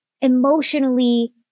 emotionally